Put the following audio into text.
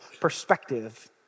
perspective